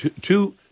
two